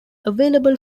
available